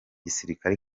gisirikare